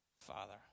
Father